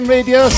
Radio